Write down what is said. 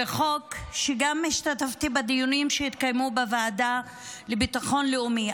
וגם השתתפתי בדיונים שהתקיימו בו בוועדה לביטחון לאומי,